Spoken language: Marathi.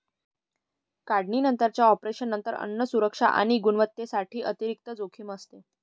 काढणीनंतरच्या ऑपरेशनमध्ये अन्न सुरक्षा आणि गुणवत्तेसाठी अतिरिक्त जोखीम असते